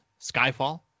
Skyfall